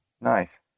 nice